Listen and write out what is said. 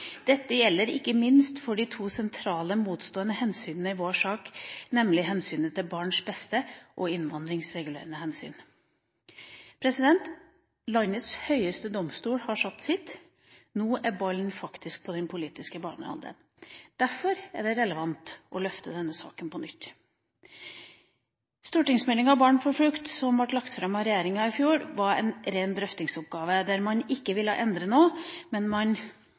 Dette gjelder ikke minst for de to sentrale motstående hensynene i vår sak, nemlig hensynet til barnets beste og innvandringsregulerende hensyn.» Landets høyeste domstol har sagt sitt. Nå er ballen faktisk på den politiske banehalvdelen. Derfor er det relevant å løfte denne saken på nytt. Stortingsmeldinga Barn på flukt, som ble lagt fram av regjeringa i fjor, var en ren drøftingsoppgave, der man ikke ville endre noe, men